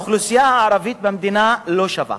האוכלוסייה הערבית במדינה לא שווה,